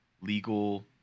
legal